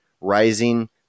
rising